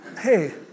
hey